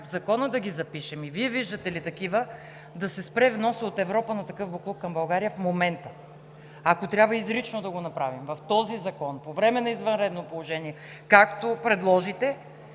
в Закона да ги запишем, виждате ли такива и как да се спре вносът на такъв боклук към България? Ако трябва, изрично да го направим в този закон по време на извънредно положение, както предложите.